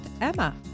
Emma